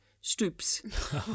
stoops